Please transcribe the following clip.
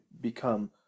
become